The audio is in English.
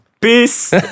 Peace